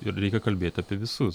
ir reikia kalbėt apie visus